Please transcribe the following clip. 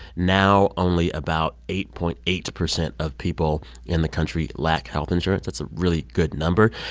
now only about eight point eight percent of people in the country lack health insurance. that's a really good number.